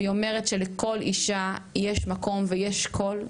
והיא אומרת שלכל אישה יש מקום ויש קול,